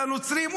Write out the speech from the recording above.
לנוצרים,